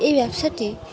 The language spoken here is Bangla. এই ব্যবসাটি